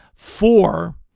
Four